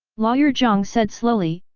lawyer zhang said slowly,